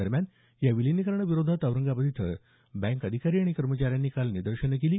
दरम्यान या विलिनीकरणाविरोधात औरंगाबाद इथं बँक अधिकारी आणि कर्मचाऱ्यांनी काल निदर्शन केली